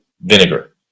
vinegar